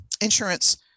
insurance